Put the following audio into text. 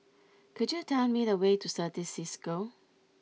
could you tell me the way to Certis Cisco